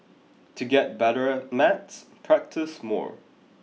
to get better at maths practise more